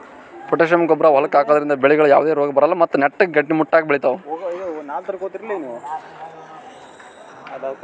potassium ಗೊಬ್ಬರ್ ಹೊಲಕ್ಕ್ ಹಾಕದ್ರಿಂದ ಬೆಳಿಗ್ ಯಾವದೇ ರೋಗಾ ಬರಲ್ಲ್ ಮತ್ತ್ ನೆಟ್ಟಗ್ ಗಟ್ಟಿಮುಟ್ಟಾಗ್ ಬೆಳಿತಾವ್